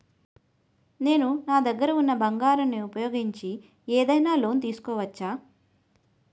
నేను నా దగ్గర ఉన్న బంగారం ను ఉపయోగించి ఏదైనా లోన్ తీసుకోవచ్చా?